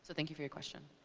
thank you for your question.